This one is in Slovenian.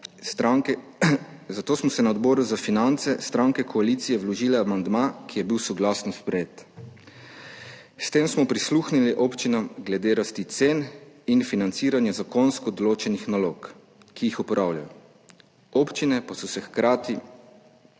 zato smo na Odboru za finance stranke koalicije vložile amandma, ki je bil soglasno sprejet. S tem smo prisluhnili občinam glede rasti cen in financiranja zakonsko določenih nalog, ki jih opravljajo. Občine pa so hkrati